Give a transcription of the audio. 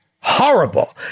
horrible